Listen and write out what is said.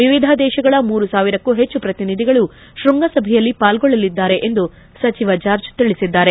ವಿವಿಧ ದೇಶಗಳ ಮೂರು ಸಾವಿರಕ್ಕೂ ಹೆಚ್ಚು ಪ್ರತಿನಿಧಿಗಳು ತೃಂಗಸಭೆಯಲ್ಲಿ ಪಾಲ್ಗೊಳ್ಳಲಿದ್ದಾರೆ ಎಂದು ಸಚಿವ ಜಾರ್ಜ್ ತಿಳಿಸಿದ್ದಾರೆ